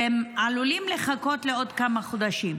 והם עלולים לחכות עוד כמה חודשים.